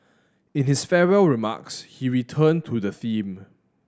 in his farewell remarks he returned to the theme